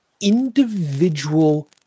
individual